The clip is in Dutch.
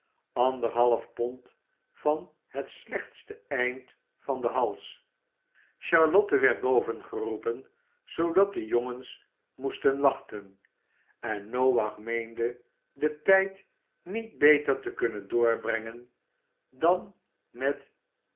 anderhalf pond van het slechtste eind van den hals charlotte werd boven geroepen zoodat de jongens moesten wachten en noach meende den tijd niet beter te kunnen doorbrengen dan met